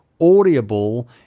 Audible